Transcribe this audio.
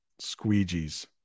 squeegees